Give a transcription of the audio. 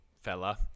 fella